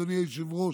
אדוני היושב-ראש,